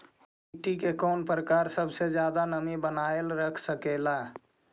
मिट्टी के कौन प्रकार सबसे जादा नमी बनाएल रख सकेला?